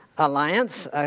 alliance